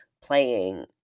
playing